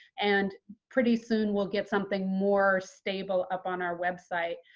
and pretty soon, we'll get something more stable up on our website.